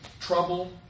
trouble